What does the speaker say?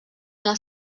els